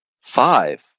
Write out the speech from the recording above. five